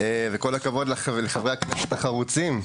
כל הכבוד לחברי הכנסת החרוצים,